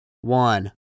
one